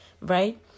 right